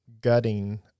gutting